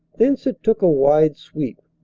thence it took a wide sweep,